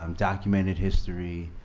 um documented history,